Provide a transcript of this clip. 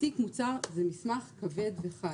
תיק מוצר זה מסמך כבד וחיי.